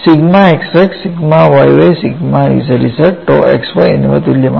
sigma xx sigma yy sigma zz tau xy എന്നിവ തുല്യമാണ്